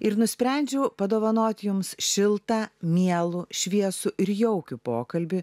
ir nusprendžiau padovanot jums šiltą mielų šviesų ir jaukių pokalbį